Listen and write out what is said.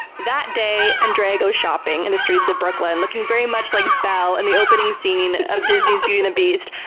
that day, andrea goes shopping in the streets of brooklyn, looking very much like belle in the opening scene of disney's beauty and the beast.